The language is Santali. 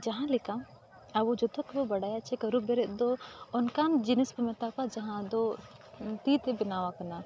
ᱡᱟᱦᱟᱸ ᱞᱮᱠᱟ ᱟᱵᱚ ᱡᱚᱛᱚ ᱠᱚᱵᱚ ᱵᱟᱰᱟᱭᱟ ᱡᱮ ᱠᱟᱹᱨᱩ ᱵᱤᱨᱤᱫ ᱫᱚ ᱚᱱᱠᱟᱱ ᱡᱤᱱᱤᱥ ᱠᱚ ᱢᱮᱛᱟ ᱠᱚᱣᱟ ᱡᱟᱦᱟᱸ ᱫᱚ ᱛᱤ ᱛᱮ ᱵᱮᱱᱟᱣ ᱟᱠᱟᱱᱟ